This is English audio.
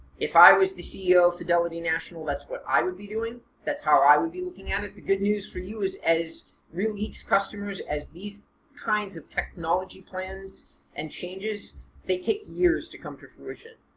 if i was the ceo of fidelity national that's what i would be doing, that's how i would be looking at it. the good news for you is as real geeks customers as these kinds of technology plans and changes they take years to come to fruition.